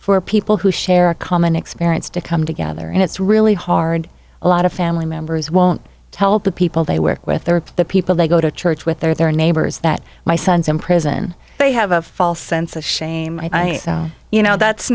for people who share a common experience to come together and it's really hard a lot of family members won't tell the people they work with the people they go to church with their neighbors that my sons in prison they have a false sense of shame i you know that's